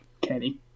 Kenny